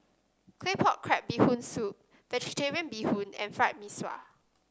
Claypot Crab Bee Hoon Soup vegetarian Bee Hoon and Fried Mee Sua